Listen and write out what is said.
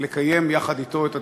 לקיים יחד אתו את הדמוקרטיה.